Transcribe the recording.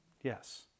Yes